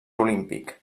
olímpic